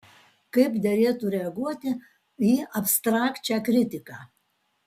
kaip derėtų reaguoti į abstrakčią kritiką